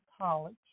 College